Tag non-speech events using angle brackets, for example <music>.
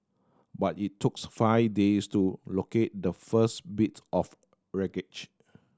but it took <unintelligible> five days to locate the first bits of wreckage